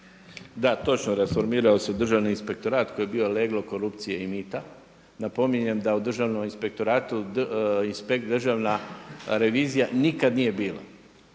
Da točno, rasformirao se državni inspektorat koji je bio leglo korupcije i mita. Napominjem da u Državnom inspektoratu, inspekt državna revizija nikada nije bila.